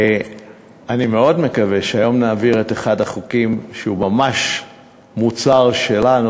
אני מאוד מקווה שהיום נעביר את אחד החוקים שהוא ממש מוצר שלנו,